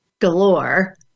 galore